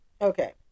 okay